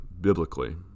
biblically